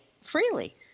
freely